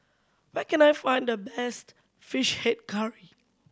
where can I find the best Fish Head Curry